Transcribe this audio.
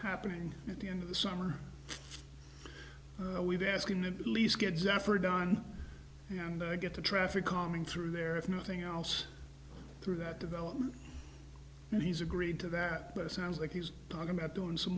happening at the end of the summer with asking the lease get zafir done and get the traffic coming through there if nothing else through that development and he's agreed to that but it sounds like he's talking about doing some